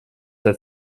der